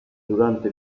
durante